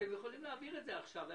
אתם יכולים להעביר את זה עכשיו.